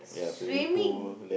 swimming